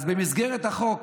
אז במסגרת החוק